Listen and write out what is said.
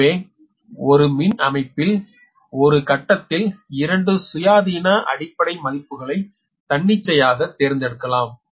எனவே ஒரு மின் அமைப்பில் ஒரு கட்டத்தில் இரண்டு சுயாதீன அடிப்படை மதிப்புகளை தன்னிச்சையாக தேர்ந்தெடுக்கலாம்